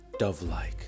Dove-like